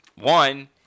one